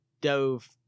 dove